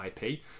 ip